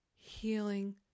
healing